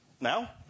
Now